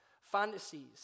fantasies